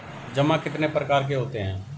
जमा कितने प्रकार के होते हैं?